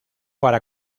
para